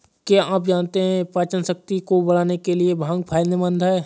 क्या आप जानते है पाचनशक्ति को बढ़ाने के लिए भांग फायदेमंद है?